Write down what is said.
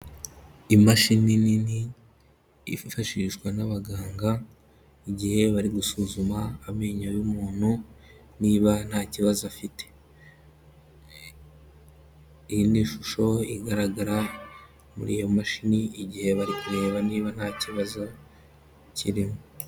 Imashini nini yifashishwa n'abaganga, igihe bari gusuzuma amenyo y'umuntu niba ntabazo afite, iyi ni ishusho igaragara muri iyo mashini, igihe bari kureba niba ntakibazo kirimo.